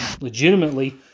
legitimately